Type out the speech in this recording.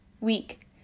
week